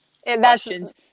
questions